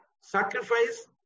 sacrifice